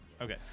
Okay